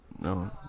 No